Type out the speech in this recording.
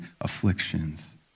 afflictions